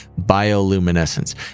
bioluminescence